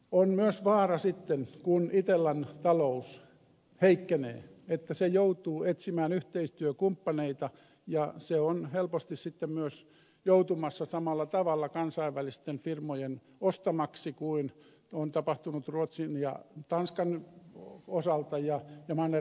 on myös vaara sitten kun itellan talous heikkenee että se joutuu etsimään yhteistyökumppaneita ja se on helposti sitten myös joutumassa samalla tavalla kansainvälisten firmojen ostamaksi kuin on tapahtunut ruotsin ja tanskan osalta ja manner euroopassa